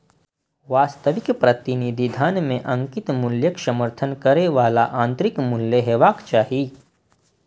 वास्तविक प्रतिनिधि धन मे अंकित मूल्यक समर्थन करै बला आंतरिक मूल्य हेबाक चाही